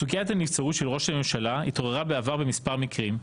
סוגיית הנבצרות של ראש הממשלה התעוררה בעבר במספר מקרים.